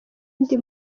ndi